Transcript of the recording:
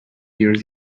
years